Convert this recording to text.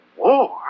war